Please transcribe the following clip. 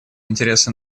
интересы